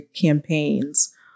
campaigns